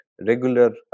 regular